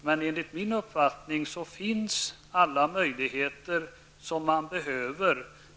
Men enligt min uppfattning finns alla möjligheter som man behöver.